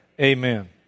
Amen